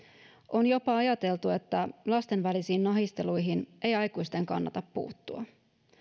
on jopa ajateltu että lasten välisiin nahisteluihin ei aikuisten kannata puuttua